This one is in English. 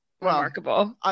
remarkable